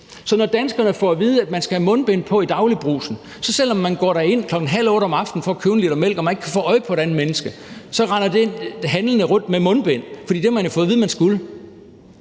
Så når danskerne får at vide, at de skal have mundbind på i Dagli'Brugsen, så har de det. Selv om man går derind kl. 19.30 for at købe 1 l mælk og ikke kan få øje på et andet menneske, render de handlende rundt med mundbind, for det har de jo fået at vide at de skal.